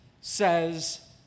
says